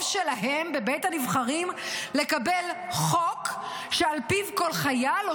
שלהם' בבית הנבחרים לקבל 'חוק' שעל פיו כל חייל או